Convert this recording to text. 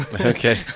Okay